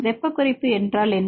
வெப்பக் குறைப்பு என்றால் என்ன